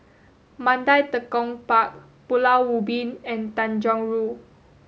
Mandai Tekong Park Pulau Ubin and Tanjong Rhu